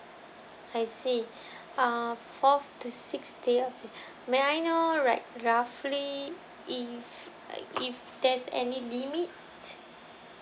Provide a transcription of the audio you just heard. I see uh fourth to sixth day of may I know like roughly if like if there's any limit